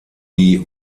die